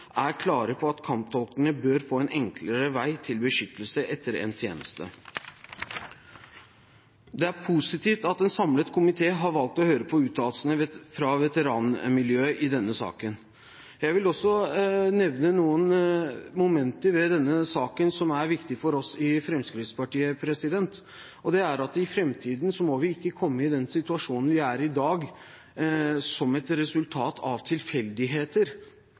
er klare på at kamptolkene bør få en enklere vei til beskyttelse etter endt tjeneste. Det er positivt at en samlet komité har valgt å høre på uttalelsene fra veteranmiljøet i denne saken. Jeg vil også nevne noen momenter ved denne saken som er viktige for oss i Fremskrittspartiet, og det er at i fremtiden må vi ikke komme i en slik situasjon som vi er i i dag, som et resultat av tilfeldigheter.